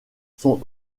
sont